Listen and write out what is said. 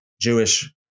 jewish